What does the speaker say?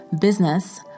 business